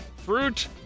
Fruit